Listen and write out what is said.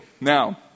Now